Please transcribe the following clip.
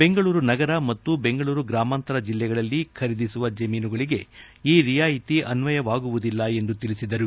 ಬೆಂಗಳೂರು ನಗರ ಮತ್ತು ಬೆಂಗಳೂರು ಗ್ರಾಮಾಂತರ ಜಿಲ್ಲೆಗಳಲ್ಲಿ ಖರೀದಿಸುವ ಜಮೀನುಗಳಿಗೆ ಈ ರಿಯಾಯಿತಿ ಅನ್ವಯವಾಗುವುದಿಲ್ಲ ಎಂದು ತಿಳಿಸಿದರು